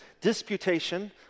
Disputation